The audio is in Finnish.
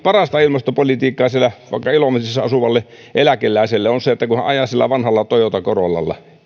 parasta ilmastopolitiikkaa vaikka ilomantsissa asuvalle eläkeläiselle on se kun hän ajaa sillä vanhalla toyota corollalla